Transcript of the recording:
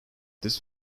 this